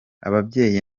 ababyeyi